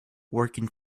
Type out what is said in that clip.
working